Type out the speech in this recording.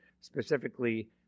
specifically